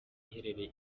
iherereye